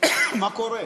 מה קורה?